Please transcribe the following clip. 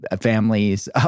families